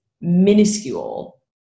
minuscule